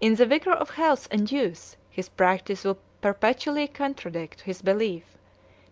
in the vigor of health and youth, his practice will perpetually contradict his belief